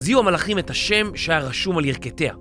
זיהו המלחים את השם שהיה רשום על ירכתיה.